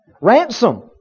Ransom